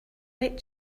wait